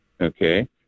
Okay